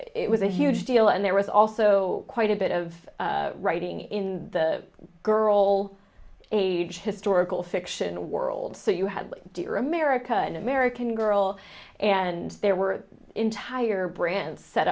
it was a huge deal and there was also quite a bit of writing in the girl age historical fiction world so you had dear america an american girl and there were entire brands set